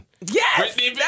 Yes